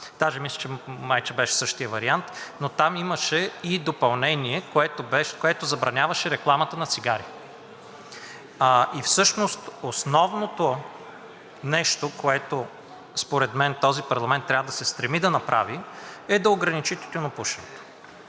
даже мисля, май че беше същият вариант, но там имаше и допълнение, което забраняваше рекламата на цигари, и всъщност основното нещо, което според мен този парламент трябва да се стреми да направи, е да ограничи тютюнопушенето.